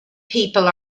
people